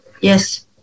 Yes